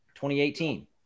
2018